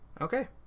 Okay